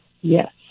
Yes